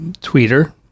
Twitter